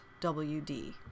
WD